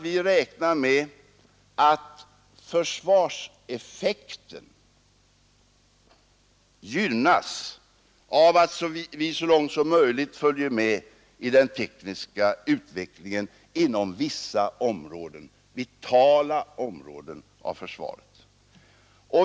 Vi räknar med att försvarseffekten gynnas av att vi så långt som möjligt följer med i den tekniska utvecklingen inom vissa vitala områden av försvaret.